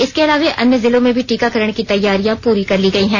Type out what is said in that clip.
इसके अलावे अन्य जिलों में भी टीकाकरण की तैयारियां पुरी कर ली गयी है